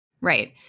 Right